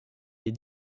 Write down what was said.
les